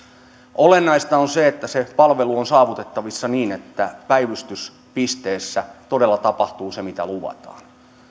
olennaista on se että se palvelu on saavutettavissa niin että päivystyspisteessä todella tapahtuu se mitä luvataan